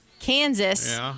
Kansas